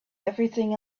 everything